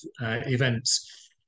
events